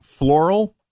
Floral